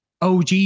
OG